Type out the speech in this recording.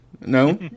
No